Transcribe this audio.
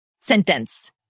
sentence